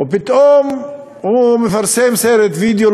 ופתאום הוא מפרסם סרט וידיאו,